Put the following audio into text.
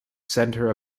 centre